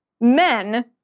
men